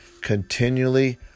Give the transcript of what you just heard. continually